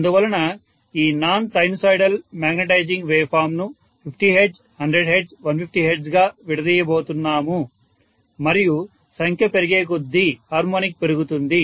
అందువలన ఈ non sinusoidal magnetising wave form ను 50 Hz 100 Hz 150 Hz గా విడదీయబోతున్నాం మరియు సంఖ్య పెరిగే కొద్దీ హార్మోనిక్ పెరుగుతుంది